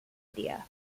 media